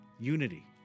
unity